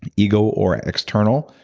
ego or external,